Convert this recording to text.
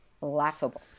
laughable